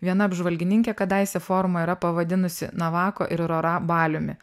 viena apžvalgininkė kadaise forumą yra pavadinusi navako ir rora baliumi